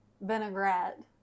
vinaigrette